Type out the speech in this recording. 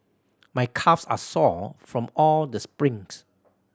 my calves are sore from all the sprints